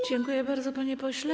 Dziękuję bardzo, panie pośle.